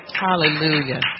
Hallelujah